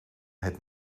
het